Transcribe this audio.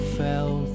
fell